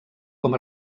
com